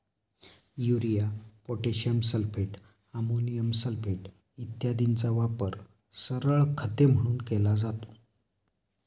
urea, potassium sulphate, ammonium sulphate इत्यादींचा वापर सरळ खते म्हणून केला जातो